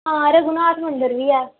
हां रघुनाथ मंदर बी ऐ